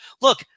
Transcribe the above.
Look